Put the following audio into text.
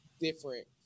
different